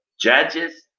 judges